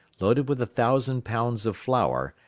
loaded with a thousand pounds of flour,